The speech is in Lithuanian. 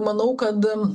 manau kad